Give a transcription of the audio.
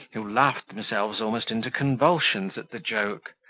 who laughed themselves almost into convulsions at the joke.